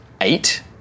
eight